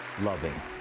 Loving